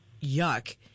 yuck